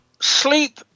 sleep